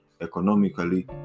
economically